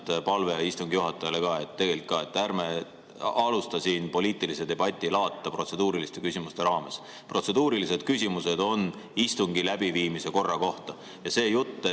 palve istungi juhatajale: tegelikult ka, ärme alusta siin poliitilise debati laata protseduuriliste küsimuste raames. Protseduurilised küsimused on istungi läbiviimise korra kohta. Ja see jutt,